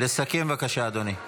לסכם בבקשה, אדוני.